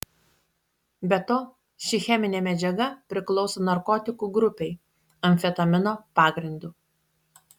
be to ši cheminė medžiaga priklauso narkotikų grupei amfetamino pagrindu